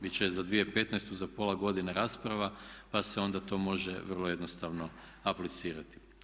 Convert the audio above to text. Biti će je za 2015. za pola godine rasprava pa se onda to može vrlo jednostavno aplicirati.